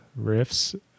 riffs